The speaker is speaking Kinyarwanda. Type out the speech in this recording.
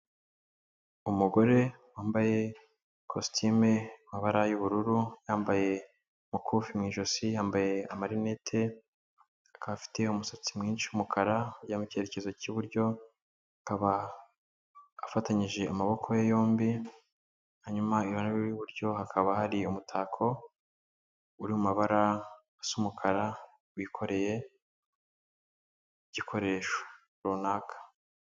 Umugore wambaye ikositimu amabara y'ubururu, yambaye umukufi mu ijosi, yambaye amarinete akaba afite umusatsi mwinshi w'umukara ujya mu cyerekezo cy'iburyo, akaba afatanyije amaboko ye yombi, hanyuma iruhande rwe rw'iburyo hakaba hari umutako uri mu mabara asa umukara wikoreye igikoresho runaka.